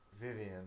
Vivian